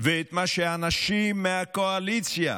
ואת מה שהאנשים מהקואליציה,